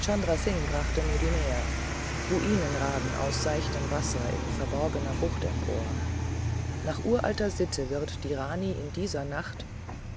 chandra singh brachte mir die mär ruinen ragen aus seichtem wasser in verborgener bucht empor nach uralter sitte wird die rani in dieser nacht